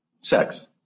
sex